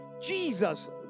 Jesus